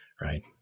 right